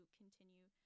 continue